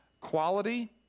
quality